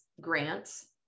grants